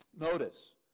Notice